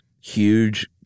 huge